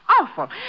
Awful